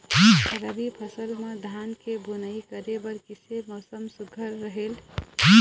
रबी फसल म धान के बुनई करे बर किसे मौसम सुघ्घर रहेल?